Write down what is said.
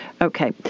Okay